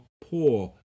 poor